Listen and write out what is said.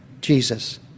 Jesus